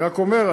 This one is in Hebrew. אני רק אומר,